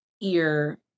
ear